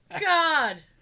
God